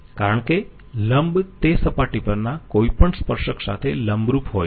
કારણ કે લંબ તે સપાટી પરના કોઈપણ સ્પર્શક સાથે લંબરૂપ હોય છે